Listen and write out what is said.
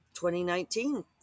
2019